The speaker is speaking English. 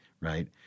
right